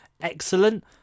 excellent